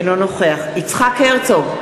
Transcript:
אינו נוכח יצחק הרצוג,